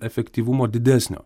efektyvumo didesnio